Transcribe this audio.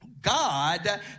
God